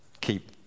keep